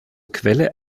quelle